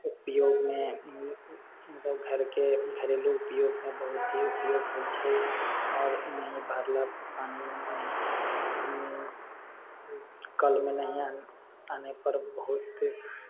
उपयोगमे मतलब घरके घरेलू उपयोगमे बहुत ही उपयोग होइ छै आओर नहि भरलापर पानि कलमे नहि आनेपर बहुत